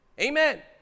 Amen